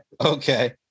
Okay